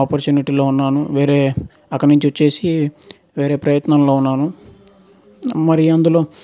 ఆపర్చునిటీలో ఉన్నాను వేరే అక్కడ నుంచి వచ్చేసి వేరే ప్రయత్నంలో ఉన్నాను మరి అందులో